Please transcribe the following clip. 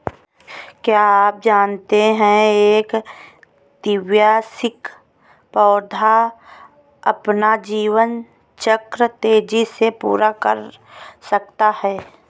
क्या आप जानते है एक द्विवार्षिक पौधा अपना जीवन चक्र तेजी से पूरा कर सकता है?